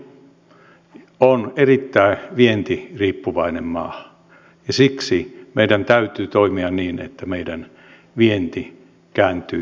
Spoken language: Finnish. suomi on erittäin vientiriippuvainen maa ja siksi meidän täytyy toimia niin että meidän vientimme kääntyy uudelleen kasvuun